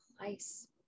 place